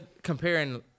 Comparing